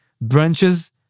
branches